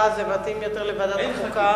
תודה רבה.